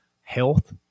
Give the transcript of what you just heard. health